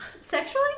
Sexually